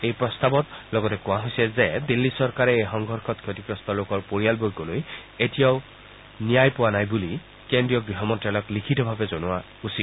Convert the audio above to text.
এই প্ৰস্তাৱখনত লগতে কোৱা হৈছে যে দিল্লী চৰকাৰে এই সংঘৰ্ষত ক্ষতিগ্ৰস্ত লোকৰ পৰিয়ালবগই এতিয়াও ন্যায় পোৱা নাই বুলি কেন্দ্ৰীয় গহ মন্ত্যালয়ক লিখিতভাৱে জনোৱা উচিত